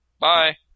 Bye